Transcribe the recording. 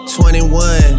21